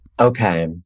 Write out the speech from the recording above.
Okay